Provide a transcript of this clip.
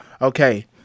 okay